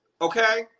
okay